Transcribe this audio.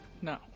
No